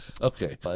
Okay